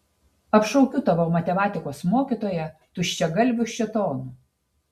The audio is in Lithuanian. apšaukiu tavo matematikos mokytoją tuščiagalviu šėtonu